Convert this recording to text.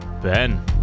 Ben